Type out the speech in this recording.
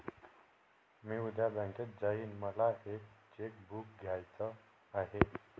मी उद्या बँकेत जाईन मला एक चेक बुक घ्यायच आहे